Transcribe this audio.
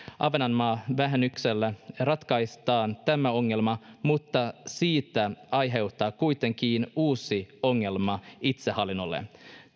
ahvenanmaa vähennyksellä ratkaistaan tämä ongelma mutta siitä aiheutuu kuitenkin uusi ongelma itsehallinnolle